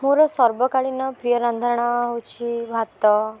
ମୋର ସର୍ବକାଳୀନ ପ୍ରିୟ ରାନ୍ଧଣା ହେଉଛି ଭାତ